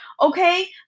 Okay